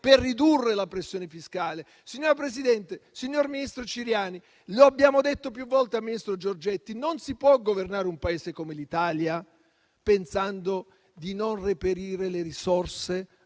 per ridurre la pressione fiscale. Signor Presidente, ministro Ciriani, lo abbiamo detto più volte al ministro Giorgetti: non si può governare un Paese come l'Italia pensando di non reperire le risorse